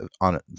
on